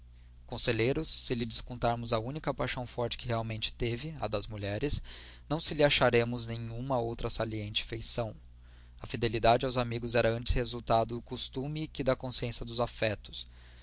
conselheiro se lhe descontarmos a única paixão forte que realmente teve a das mulheres não lhe acharemos nenhuma outra saliente feição a fidelidade aos amigos era antes resultado do costume que da consistência dos afetos